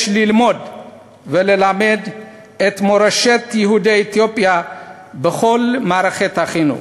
יש ללמוד וללמד את מורשת יהודי אתיופיה בכל מערכת החינוך.